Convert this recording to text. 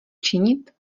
činit